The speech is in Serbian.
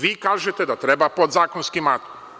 Vi kažete da treba podzakonskim aktom.